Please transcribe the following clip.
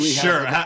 Sure